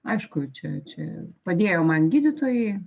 aišku čia čia padėjo man gydytojai